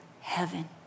heaven